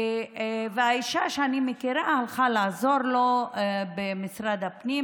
והאישה שאני מכירה הלכה לעזור לו במשרד הפנים,